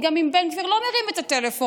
גם אם בן גביר לא מרים את הטלפון,